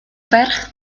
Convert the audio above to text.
ferch